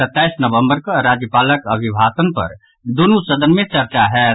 सत्ताईस नवंबर कऽ राज्यपालक अभिभाषण पर दूनू सदन मे चर्चा होयत